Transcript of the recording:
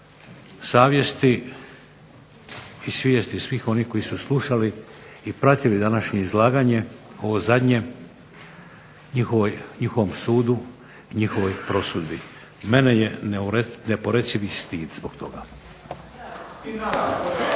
savjesti i svijesti svih onih koji su slušali i pratili današnje izlaganje, ovo zadnje njihovom sudu, njihovoj prosudbi. U mene je neporecivi stid zbog toga.